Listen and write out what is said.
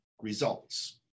results